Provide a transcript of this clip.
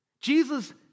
Jesus